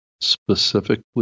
specifically